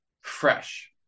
fresh